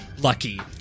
Lucky